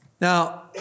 Now